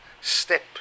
step